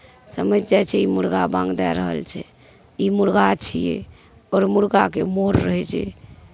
समझि जाए छै ई मुर्गा बाङ्ग दै रहल छै ई मुर्गा छियै आओर मुर्गाके मोर रहै छै